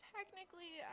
Technically